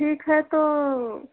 ठीक है तो